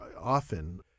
often